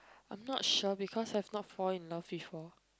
I'm not sure because I have not fall in love before